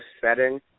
setting